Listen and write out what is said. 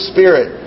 Spirit